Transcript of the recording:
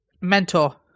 Mentor